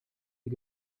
die